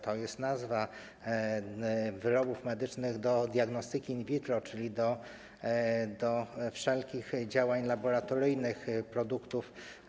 To jest nazwa wyrobów medycznych do diagnostyki in vitro, czyli do wszelkich działań laboratoryjnych, produktów.